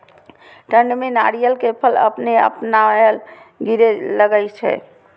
ठंड में नारियल के फल अपने अपनायल गिरे लगए छे?